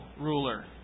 ruler